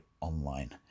online